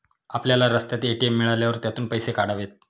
आपल्याला रस्त्यात ए.टी.एम मिळाल्यावर त्यातून पैसे काढावेत